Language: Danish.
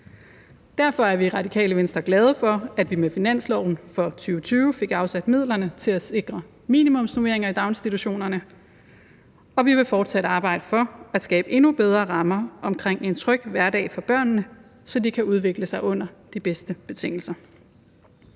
Derfor er vi i Radikale Venstre glade for, at vi med finansloven for 2020 fik afsat midlerne til at sikre minimumsnormeringer i daginstitutionerne. Og vi vil fortsat arbejde for at skabe endnu bedre rammer omkring en tryg hverdag for børnene, så de kan udvikle sig under de bedste betingelser.